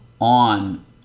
on